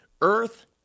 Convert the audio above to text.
Earth